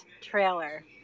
trailer